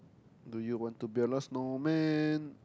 do you want to build a snowman